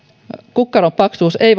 kukkaron paksuus ei